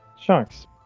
Sharks